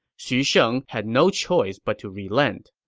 xu sheng had no choice but to relent.